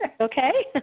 Okay